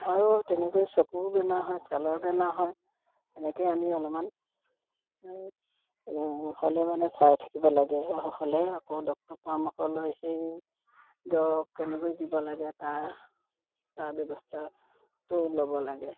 আৰু তেনেকৈ চকু বেমাৰ হয় চালৰ বেমাৰ হয় তেনেকৈ আমি অলপমান হ'লে মানে চাই থাকিব লাগে হ'লে আকৌ ডক্তৰৰ পৰামৰ্শলৈ সেই দৰব কেনেকৈ দিব লাগে তাৰ তাৰ ব্যৱস্থাটো ল'ব লাগে